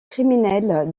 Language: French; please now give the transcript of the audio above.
criminel